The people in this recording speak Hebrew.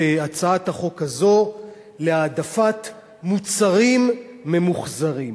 הצעת החוק הזאת להעדפת מוצרים ממוחזרים.